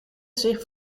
zich